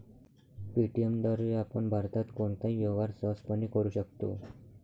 Paytm द्वारे आपण भारतात कोणताही व्यवहार सहजपणे करू शकता